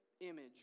image